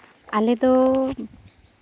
ᱟᱞᱮ ᱫᱚ